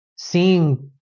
Seeing